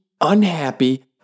unhappy